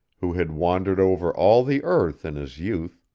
who had wandered over all the earth in his youth,